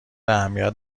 اهمیت